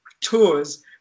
tours